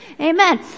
Amen